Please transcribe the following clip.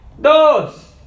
Dos